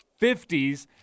50s